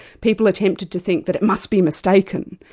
people are tempted to think that it must be mistaken,